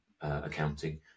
accounting